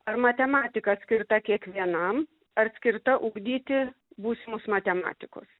ar matematika skirta kiekvienam ar skirta ugdyti būsimus matematikus